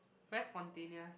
very spontaneous